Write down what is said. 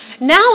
Now